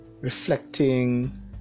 reflecting